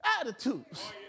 attitudes